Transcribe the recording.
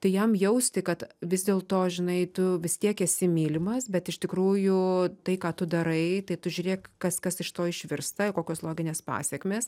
tai jam jausti kad vis dėl to žinai tu vis tiek esi mylimas bet iš tikrųjų tai ką tu darai tai tu žiūrėk kas kas iš to išvirsta kokios loginės pasekmės